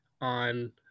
on